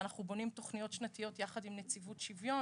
אנחנו בונים תכניות שנתיות יחד עם נציבות שוויון.